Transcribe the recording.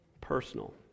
personal